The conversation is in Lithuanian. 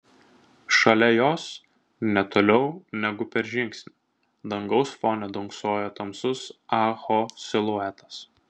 šalia jos ne toliau negu per žingsnį dangaus fone dunksojo tamsus ah ho siluetas